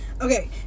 okay